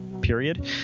period